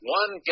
one